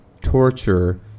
torture